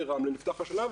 ברמלה נפתח השנה,